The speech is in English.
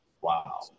Wow